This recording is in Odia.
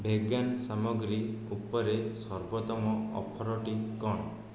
ଭେଗାନ୍ ସାମଗ୍ରୀ ଉପରେ ସର୍ବୋତ୍ତମ ଅଫର୍ଟି କ'ଣ